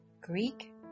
Greek